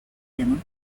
bennett